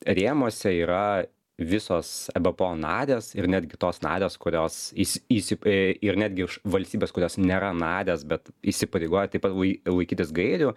rėmuose yra visos ebpo narės ir netgi tos narės kurios įs įsi ir netgi už valstybes kurios nėra narės bet įsipareigoja taip pat lai laikytis gairių